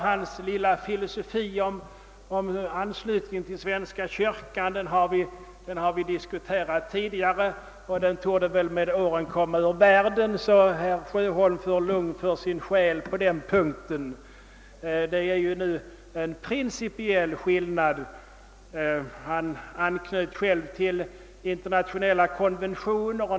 Hans lilla filosofi om anslutning till svenska kyrkan har vi diskuterat tidigare, och den torde väl med åren bli inaktuell, så att herr Sjöholm får lugn för sin själ på den punkten. Emellertid föreligger här en principiell skillnad. Han anknöt själv till internationella konventioner.